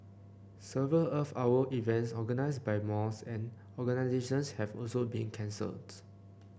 several Earth Hour events organised by malls and organisations have also been cancelled